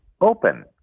open